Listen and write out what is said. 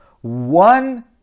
One